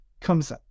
comes